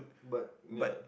but yeah